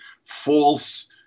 false